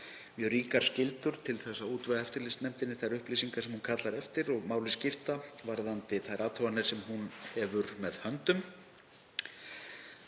mjög ríkar skyldur til að útvega eftirlitsnefndinni þær upplýsingar sem hún kallar eftir og máli skipta varðandi þær athuganir sem hún hefur með höndum.